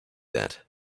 that